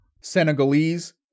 Senegalese